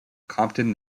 compton